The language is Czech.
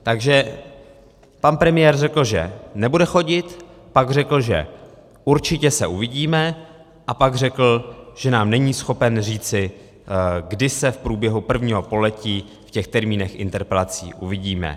Takže pan premiér řekl, že nebude chodit, pak řekl, že určitě se uvidíme, a pak řekl, že nám není schopen říci, kdy se v průběhu prvního poletí v těch termínech interpelací uvidíme.